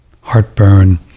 heartburn